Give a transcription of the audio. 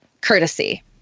courtesy